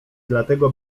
dlatego